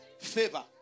Favor